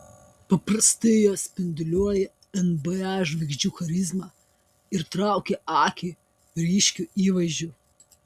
paprastai jos spinduliuoja nba žvaigždžių charizma ir traukia akį ryškiu įvaizdžiu